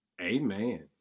amen